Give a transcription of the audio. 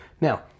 Now